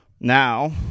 Now